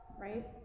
right